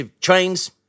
trains